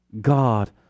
God